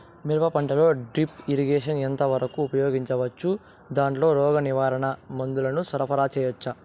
మిరప పంటలో drip irrigation ఎంత వరకు ఉపయోగించవచ్చు, దాంట్లో రోగ నివారణ మందుల ను సరఫరా చేయవచ్చా?